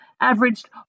averaged